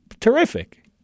terrific